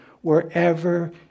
wherever